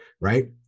right